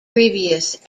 previous